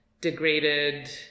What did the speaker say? degraded